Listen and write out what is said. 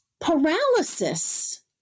paralysis